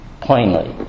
plainly